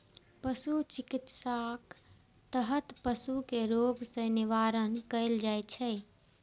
पशु चिकित्साक तहत पशु कें रोग सं निवारण कैल जाइ छै